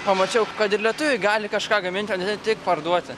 pamačiau kod ir lietuviai gali kažką gaminti ne tik parduoti